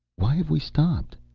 why have we stopped?